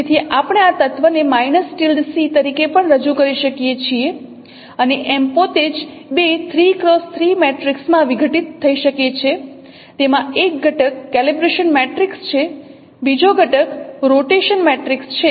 તેથી આપણે આ તત્વને તરીકે પણ રજૂ કરી શકીએ છીએ અને M પોતે જ 2 3 x 3 મેટ્રિક્સમાં વિઘટિત થઈ શકે છે તેમાં એક ઘટક કેલિબ્રેશન મેટ્રિક્સ છે બીજો ઘટક રોટેશન મેટ્રિક્સ છે